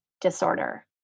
disorder